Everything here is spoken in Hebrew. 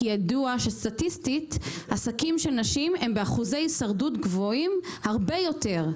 כי ידוע שסטטיסטית עסקים של נשים הם באחוזי הישרדות גבוהים הרבה יותר.